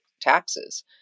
taxes